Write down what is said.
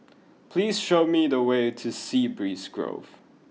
please show me the way to Sea Breeze Grove